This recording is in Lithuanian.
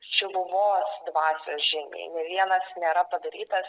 šiluvos dvasios žymei nė vienas nėra padarytas